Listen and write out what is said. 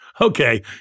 okay